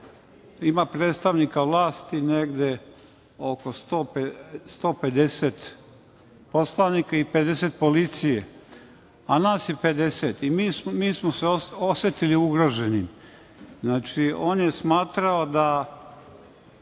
ima predstavnika vlasti negde oko 150 poslanika i 50 policije, a nas je 50. Mi smo se osetili ugroženim. On je smatrao da